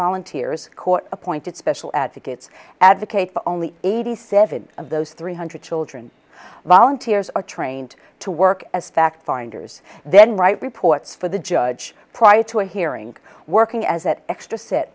volunteers court appointed special advocates advocate for only eighty seven of those three hundred children volunteers are trained to work as fact finders then write reports for the judge prior to a hearing working as that extra set